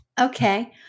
Okay